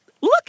Look